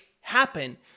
happen